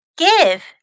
give